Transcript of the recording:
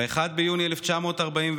ב-1 ביוני 1941,